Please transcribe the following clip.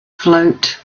float